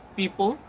people